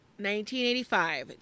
1985